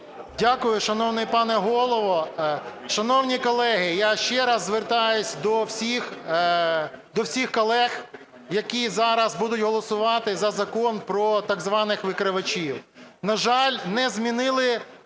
Дякую, шановний пане Голово. Шановні колеги, я ще раз звертаюсь до всіх колег, які зараз будуть голосувати за закон про так званих викривачів. На жаль, не змінили